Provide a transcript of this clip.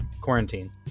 quarantine